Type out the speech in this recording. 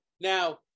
Now